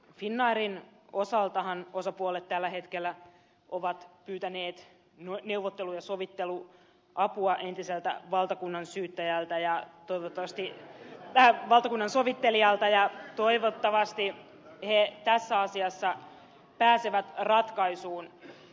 finnairin osaltahan osapuolet tällä hetkellä ovat pyytäneet neuvottelu ja sovitteluapua entiseltä valtakunnansovittelijalta ja toivottavasti he tässä asiassa pääsevät ratkaisuun